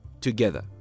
together